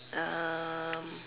um